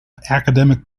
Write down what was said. academic